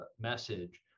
message